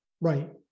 Right